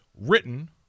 written